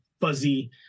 fuzzy